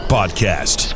Podcast